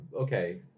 Okay